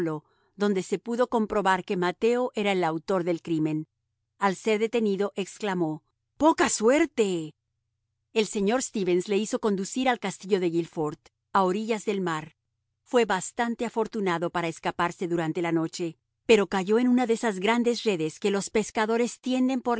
donde se pudo comprobar que mateo era el autor del crimen al ser detenido exclamó poca suerte el señor stevens le hizo conducir al castillo de guilfort a orillas del mar fue bastante afortunado para escaparse durante la noche pero cayó en una de esas grandes redes que los pescadores tienden